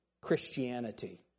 Christianity